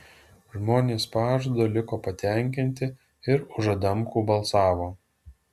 žmonės pažadu liko patenkinti ir už adamkų balsavo